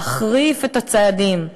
להחריף את הצעדים.